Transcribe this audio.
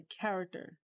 character